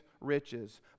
riches